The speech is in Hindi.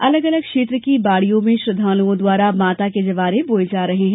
अलग अलग क्षेत्र की बाड़ियों में श्रद्धालुओं द्वारा माता के जवारे बोए जा रहे हैं